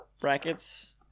brackets